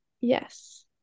yes